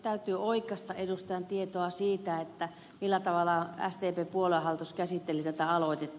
täytyy oikaista edustajan tietoa siitä millä tavalla sdpn puoluehallitus käsitteli tätä aloitetta